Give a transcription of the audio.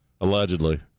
Allegedly